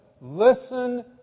listen